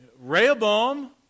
Rehoboam